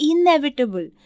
inevitable